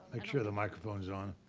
make sure the microphone is on.